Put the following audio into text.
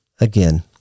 Again